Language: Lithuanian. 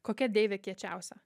kokia deivė kiečiausia